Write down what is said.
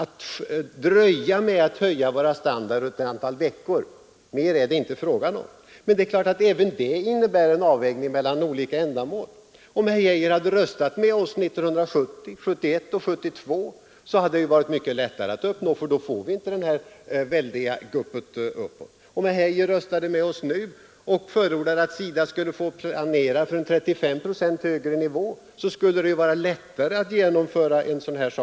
Det är inte fråga om mera än att fördröja höjningen av vår standard under några veckor. Men även detta innebär en avvägning mellan olika ändamål. Om herr Geijer hade röstat med oss 1970, 1971 och 1972 och våra förslag hade genomförts, hade det varit lättare att uppnå detta mål, för då hade vi inte fått detta väldiga gupp uppåt. Om herr Geijer röstade med oss nu och förordade att SIDA skulle få planera på en 35 procent högre nivå, skulle det vara lättare att genomföra detta med god verkan.